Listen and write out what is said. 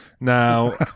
Now